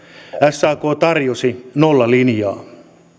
sak tarjosi nollalinjaa